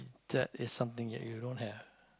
that is something that you don't have